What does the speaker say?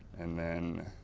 and then,